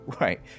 Right